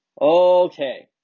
Okay